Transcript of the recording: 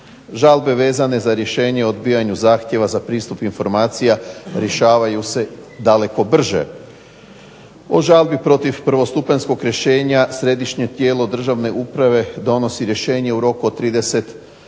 Žalbe vezane za rješenje o odbijanju zahtjeva za pristup informacijama rješavaju se daleko brže. U žalbi protiv prvostupanjskog rješenja središnje tijelo državne uprave donosi rješenje u roku od 30